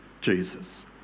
Jesus